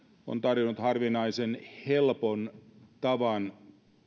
on tarjonnut harvinaisen helpon tavan